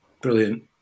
brilliant